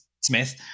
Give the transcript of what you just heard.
Smith